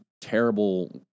terrible